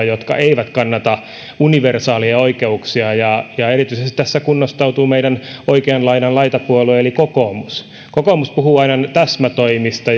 jotka eivät kannata universaaleja oikeuksia yrittävät hämärtää sitä eroa ja erityisesti tässä kunnostautuu meidän oikean laidan laitapuolue eli kokoomus kokoomus puhuu aina täsmätoimista